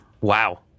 Wow